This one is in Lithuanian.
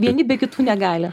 vieni be kitų negali